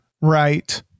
Right